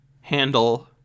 handle